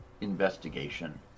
investigation